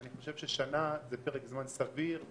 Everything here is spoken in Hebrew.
אני חושב ששנה היא פרק זמן סביר,